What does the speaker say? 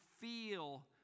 feel